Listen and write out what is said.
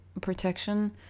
protection